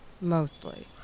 Mostly